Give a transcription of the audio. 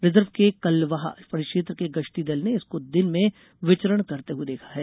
reserve के कल्लवाह परिक्षेत्र के गश्ती दल ने इसको दिन में विचरण करते हुए देखा है